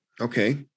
Okay